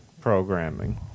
programming